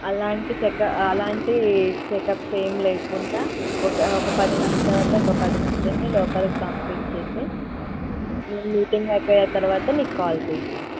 అలాంటి చెక అలాంటి చెకప్స్ ఏమి లేకుండా ఒక పది మంది తరువాత ఒక పదిమందిని లోపలికి పంపిచేసేయి నేను మీటింగ్ అయిపోయిన తరువాత నీకు కాల్ చేస్తాను